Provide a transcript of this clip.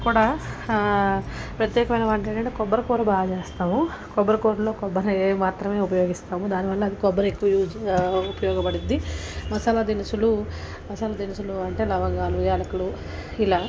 కూడా ప్రత్యేకమైన వంటల కంటే కొబ్బరి కూర బాగా చేస్తాము కొబ్బరి కూరలో కొబ్బరిని ఏ మాత్రమే ఉపయోగిస్తాము దాని వల్ల అది కొబ్బరి ఎక్కువ యూజ్ చెయ్య ఉపయోగపడుద్ది మసాలా దినుసులు మసాలా దినుసులు అంటే లవంగాలు యాలకులు ఇలా